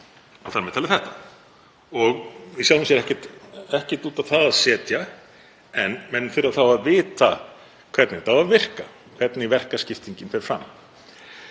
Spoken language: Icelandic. þar með talið þetta. Og í sjálfu sér ekkert út á það að setja en menn þurfa þá að vita hvernig þetta á að virka, hvernig verkaskiptingin fer fram.